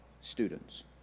students